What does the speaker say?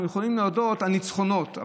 אנחנו יכולים להודות על ניצחונות,